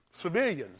civilians